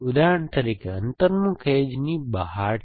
ઉદાહરણ તરીકે આ અંતર્મુખ એજની બહાર છે